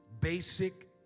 basic